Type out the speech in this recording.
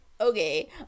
okay